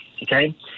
Okay